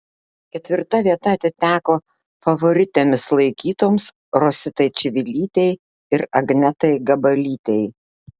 ketvirta vieta atiteko favoritėmis laikytoms rositai čivilytei ir agnetai gabalytei